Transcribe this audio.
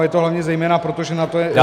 Je to zejména proto, že na to je